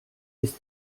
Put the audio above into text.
ist